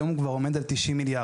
היום הוא כבר עומד על 90 מיליארד.